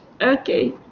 okay